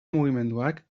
mugimenduak